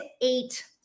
eight